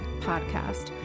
podcast